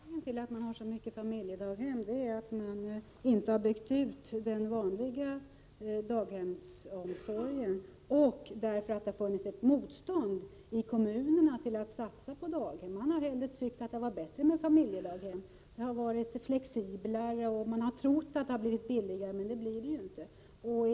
Herr talman! Förklaringen till att det finns så många familjedaghem är att man inte har byggt ut den vanliga daghemsomsorgen och att det har funnits ett motstånd i kommunerna mot att satsa på daghem. Man har tyckt att det var bättre med familjedaghem. Det har varit mer flexibelt, och man har trott att det skulle bli billigare, vilket det inte blir.